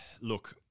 look